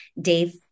Dave